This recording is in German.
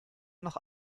noch